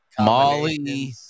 Molly